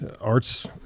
arts